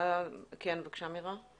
כן, בבקשה, מירה.